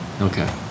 Okay